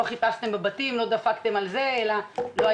לא חיפשתם בבתים ובוודאי אחרי.